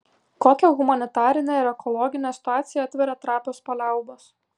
kokią humanitarinę ir ekologinę situaciją atveria trapios paliaubos